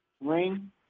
ring